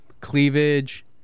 cleavage